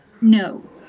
No